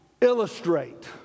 illustrate